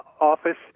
Office